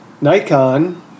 nikon